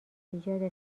ایجاد